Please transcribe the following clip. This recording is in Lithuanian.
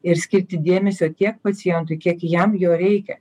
ir skirti dėmesio tiek pacientui kiek jam jo reikia